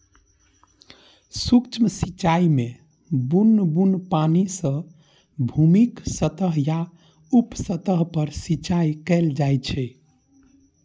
सूक्ष्म सिंचाइ मे बुन्न बुन्न पानि सं भूमिक सतह या उप सतह पर सिंचाइ कैल जाइ छै